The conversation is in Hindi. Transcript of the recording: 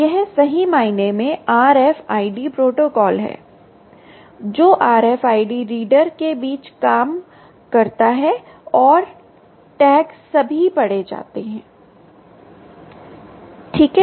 यह सही मायने में RFID प्रोटोकॉल है जो RFID रीडर के बीच काम करता है और टैग सभी पढ़े जाते हैं सही है